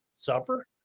supper